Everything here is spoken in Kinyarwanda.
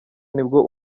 nibwo